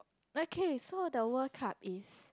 okay so the World Cup is